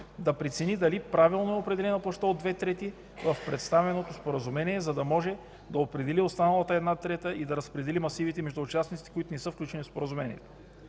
да прецени дали правилно е определена площта от две трети в представеното споразумение, за да може да определи останалата една трета и да разпредели масивите между участниците, които не са включени в споразумението.